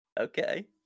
Okay